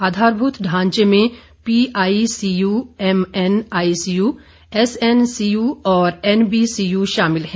आधारभूत ढांचे में पीआईसीयू एमएन आईसीयू एसएनसीयू और एनबीएसयू शामिल हैं